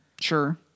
Sure